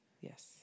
yes